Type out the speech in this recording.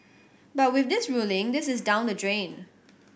but with this ruling this is down the drain